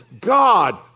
God